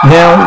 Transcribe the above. Now